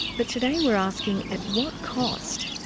but today we're asking, at what cost?